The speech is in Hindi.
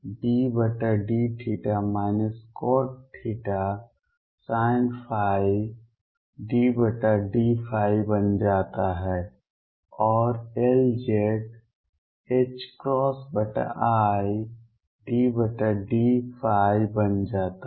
Ly icosθ∂θ cotθsinϕ∂ϕ बन जाता है और Lz i∂ϕ बन जाता है